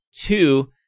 Two